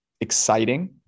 exciting